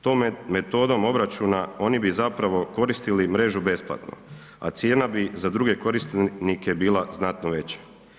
Tom metodom obračuna oni bi zapravo koristili mrežu besplatno a cijena bi za druge korisnike bila znatno veća.